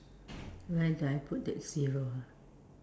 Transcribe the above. where do I put that zero ah